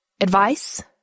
Advice